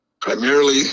primarily